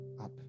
up